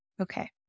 Okay